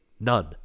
None